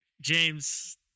James